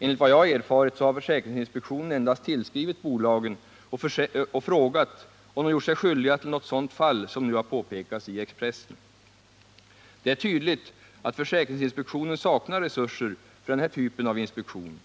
Enligt vad jag har erfarit har försäkringsinspektionen endast tillskrivit bolagen och frågat om de gjort sig skyldiga till något sådant som nu har påpekats i Expressen. Det är tydligt att försäkringsinspektionen saknar resurser för den här typen av inspektion.